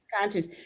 conscious